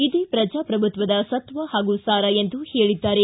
ಇದೇ ಪ್ರಜಾಪ್ರಭುತ್ವದ ಸತ್ವ ಸಾರ ಎಂದು ಹೇಳಿದ್ದಾರೆ